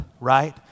right